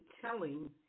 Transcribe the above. telling